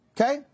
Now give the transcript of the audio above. okay